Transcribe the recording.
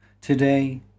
Today